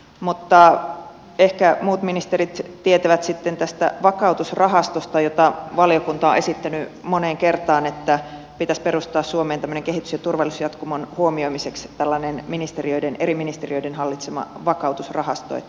mutta ehkä muut ministerit tietävät sitten tästä vakautusrahastosta jota valiokunta on esittänyt moneen kertaan että pitäisi perustaa suomeen kehitys ja turvallisuusjatkumon huomioimiseksi tällainen eri ministeriöiden hallitsema vakautusrahasto